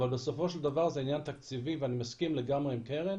אבל בסופו של דבר זה עניין תקציבי ואני מסכים לגמרי עם קרן